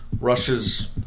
Russia's